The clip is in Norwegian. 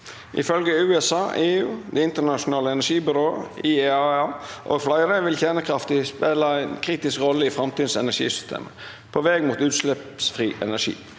«Ifølge USA, EU, Det internasjonale energibyrået (IEA) og flere, vil kjernekraft spille en kritisk rolle i fram- tidens energisystemer på veien mot utslippsfri energi.